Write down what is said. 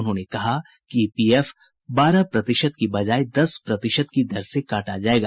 उन्होंने कहा कि ई पी एफ बारह प्रतिशत की बजाय दस प्रतिशत की दर से काटा जाएगा